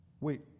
Wait